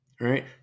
Right